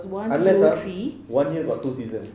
unless ah one year got two seasons